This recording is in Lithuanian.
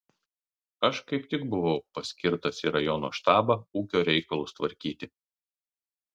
aš kaip tik buvau paskirtas į rajono štabą ūkio reikalus tvarkyti